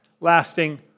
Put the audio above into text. lasting